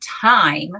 time